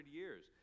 years